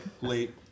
late